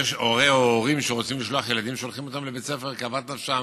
הורה או הורים שרוצים לשלוח ילדים שולחים אותם לבית הספר כאוות נפשם.